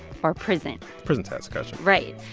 or prison prison tattoos, i got you right.